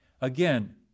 Again